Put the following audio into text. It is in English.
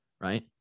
right